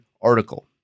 article